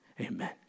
Amen